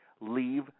Leave